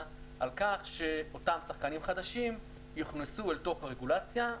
על כך שאותם שחקנים חדשים יוכנסו לתוך הרגולציה.